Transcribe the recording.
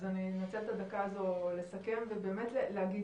אז אני אצל את הדקה הזאת לסכם ובאמת להגיד